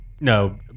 No